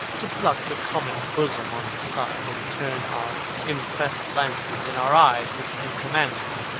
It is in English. to pluck the common bosom on his side, and turn our impress'd lances in our eyes which do command them.